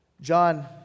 John